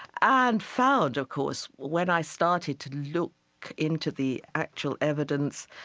and found, of course, when i started to look into the actual evidence,